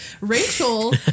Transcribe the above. Rachel